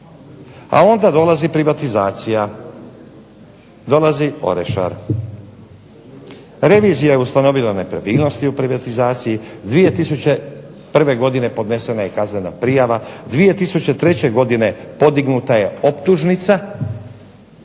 A onda dolazi privatizacija, dolazi Orešar. Revizija je ustanovila nepravilnosti u privatizaciji. 2001. godine podnesena je kaznena prijava, 2003. godine podignuta je optužnica,